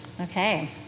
Okay